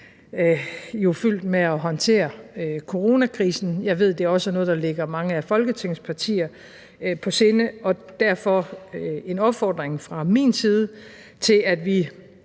fyldt med at håndtere coronakrisen. Jeg ved, det også er noget, det ligger mange af Folketingets partier på sinde, og derfor en opfordring fra min side til, at vi